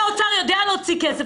מה קרה לכם?